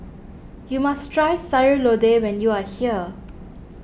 you must try Sayur Lodeh when you are here